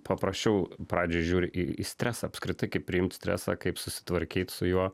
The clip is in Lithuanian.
paprasčiau pradžioj žiūri į stresą apskritai kaip priimt stresą kaip susitvarkyt su juo